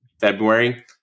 February